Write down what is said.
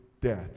death